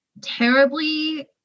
terribly